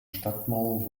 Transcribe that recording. stadtmauer